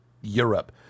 Europe